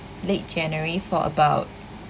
late january for about